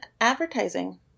advertising